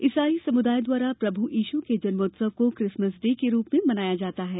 ईसाई समुदाय द्वारा प्रभु यीशु के जन्मोत्सव को क्रिसमस डे के रूप में मनाया जा जाता है